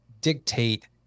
dictate